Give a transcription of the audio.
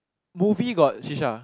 movie got shisha